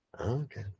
Okay